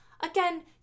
Again